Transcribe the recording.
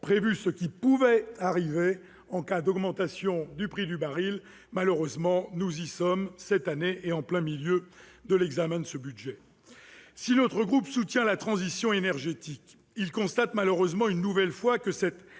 prévu » ce qui pouvait arriver en cas d'augmentation du prix du baril, et nous y voilà cette année, en plein milieu de l'examen du budget. Si mon groupe soutient la transition énergétique, il constate à regret, une nouvelle fois, que cette